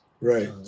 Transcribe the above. right